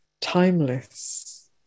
Timeless